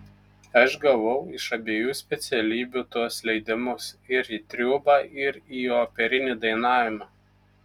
aš gavau iš abiejų specialybių tuos leidimus ir į triūbą ir į operinį dainavimą